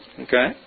okay